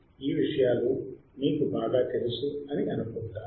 కాబట్టి ఈ విషయాలు మీకు బాగా తెలుసు అని అనుకుంటాను